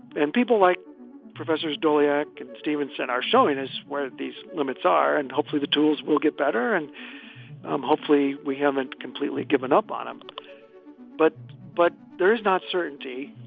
and people like professor dooryard stevenson are showing us where these limits are. and hopefully the tools will get better. and um hopefully we haven't completely given up on them but but there is not certainty.